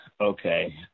Okay